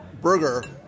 burger